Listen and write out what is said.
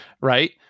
right